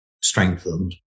strengthened